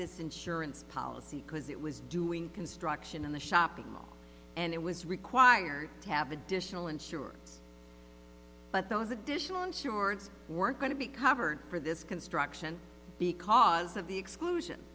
this insurance policy because it was doing construction in the shopping mall and it was required to have additional insurance but those additional insurance weren't going to be covered for this construction because of the exclusion